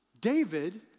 David